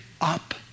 up